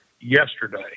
yesterday